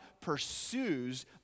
pursues